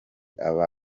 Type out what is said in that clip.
aba